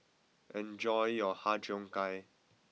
enjoy your har Cheong Gai